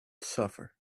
suffer